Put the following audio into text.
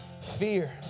fear